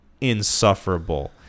insufferable